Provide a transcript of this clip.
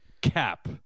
cap